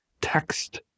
text